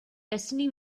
destiny